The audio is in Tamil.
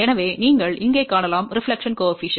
எனவே நீங்கள் இங்கே காணலாம் பிரதிபலிப்பு குணகம் 0